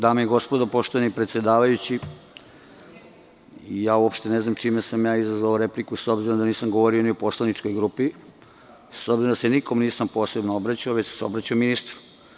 Dame i gospodo, poštovani predsedavajući, uopšte ne znam čime sam izazvao repliku, s obzirom da nisam govorio ni o poslaničkoj grupi, nisam se nikome posebno obraćao, već sam se obraćao ministru.